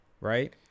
right